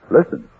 Listen